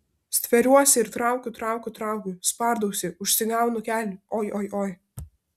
stveriuosi ir traukiu traukiu traukiu spardausi užsigaunu kelį oi oi oi